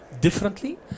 differently